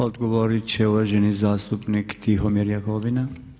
Odgovorit će uvaženi zastupnik Tihomir Jakovina.